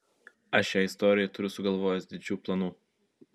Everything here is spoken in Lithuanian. aš šiai istorijai turiu sugalvojęs didžių planų